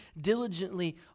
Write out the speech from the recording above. diligently